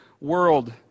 world